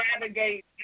navigate